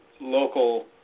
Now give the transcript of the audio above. local